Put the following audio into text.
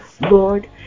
Lord